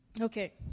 Okay